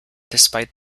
despite